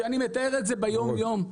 ואני מתאר את היום-יום,